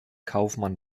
kaufmann